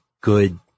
good